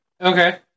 Okay